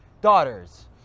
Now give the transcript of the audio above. daughters